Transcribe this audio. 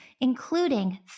including